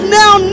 now